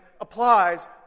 applies